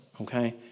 okay